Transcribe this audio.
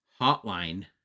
hotline